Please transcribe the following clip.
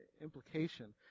implication